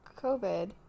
COVID